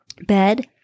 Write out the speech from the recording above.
bed